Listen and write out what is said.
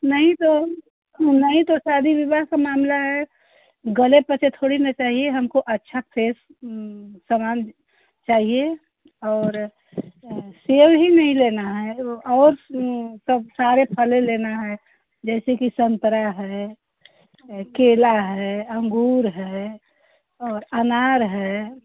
नहीं तो नहीं तो शादी विवाह का मामला है गले पचे थोड़ी न चाहिए हमको अच्छा फ्रेस समान चाहिए और सेव ही नहीं लेना है ओ और सब सारे फले लेना है जैसे कि संतरा है केला है अंगूर है और अनार है